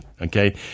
okay